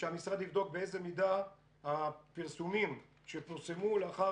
ושהמשרד יבדוק באיזו מידה הפרסומים שפורסמו לאחר